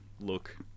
look